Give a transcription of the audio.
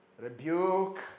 rebuke